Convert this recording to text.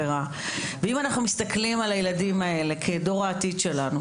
ואם אנחנו מסתכלים על הילדים האלה כדור העתיד שלנו,